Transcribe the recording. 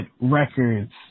records